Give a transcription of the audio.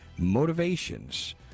motivations